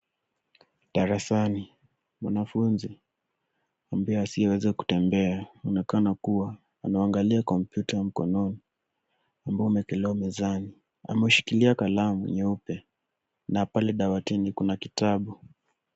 Darafani, mwanafunzi ambaye asiyeweza kutembea. Anaonekana kuwa anaangalia kompyuta ya mkononi, ambayo imewekelewa mezani, ameshikilia kalamu nyeupe. Na pale dawatini kuna kitabu.